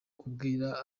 kubwira